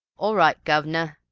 all right, guv'nor,